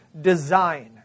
design